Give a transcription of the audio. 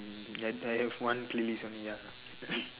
and I have one playlist only lah ya